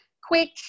quick